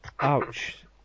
Ouch